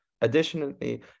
Additionally